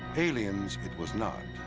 aliens it was not.